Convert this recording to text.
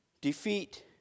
defeat